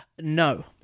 No